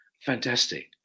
fantastic